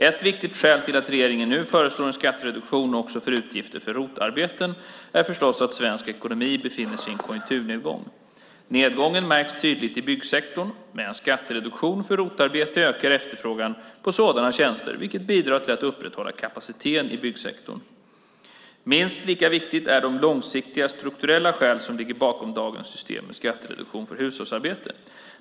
Ett viktigt skäl till att regeringen nu föreslår en skattereduktion också för utgifter för ROT-arbeten är förstås att svensk ekonomi befinner sig i en konjunkturnedgång. Nedgången märks tydligt i byggsektorn. Med en skattereduktion för ROT-arbete ökar efterfrågan på sådana tjänster, vilket bidrar till att upprätthålla kapaciteten i byggsektorn. Minst lika viktigt är de långsiktiga strukturella skäl som ligger bakom dagens system med skattereduktion för hushållsarbete.